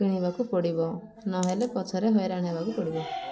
କିଣିବାକୁ ପଡ଼ିବ ନହେଲେ ପଛରେ ହଇରାଣ ହେବାକୁ ପଡ଼ିବ